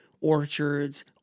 orchards